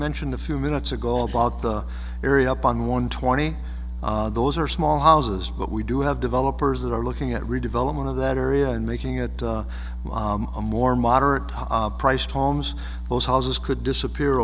mentioned a few minutes ago all bought the area up on one twenty those are small houses but we do have developers that are looking at redevelopment of that area and making it a more moderate priced homes those houses could disappear